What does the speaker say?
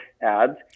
ads